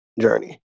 journey